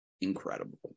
incredible